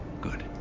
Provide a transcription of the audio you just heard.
Good